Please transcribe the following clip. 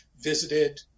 visited –